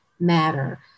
matter